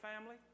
family